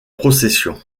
procession